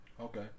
Okay